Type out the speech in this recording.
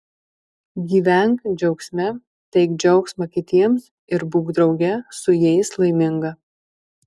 gyvenk džiaugsme teik džiaugsmą kitiems ir būk drauge su jais laiminga